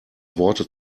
worte